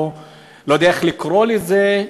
אני לא יודע איך לקרוא לזה,